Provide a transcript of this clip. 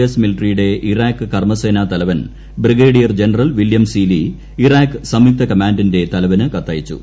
S മിലിട്ടറിയുടെ Iraq കർമ്മസേന തലവൻ brigadier general William Seely Iraq സംയുക്ത കമാൻഡിന്റെ തലവന് കത്തയച്ചു